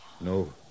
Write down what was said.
No